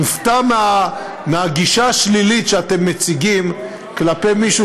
מופתע מהגישה השלילית שאתם מציגים כלפי מישהו